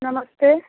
नमस्ते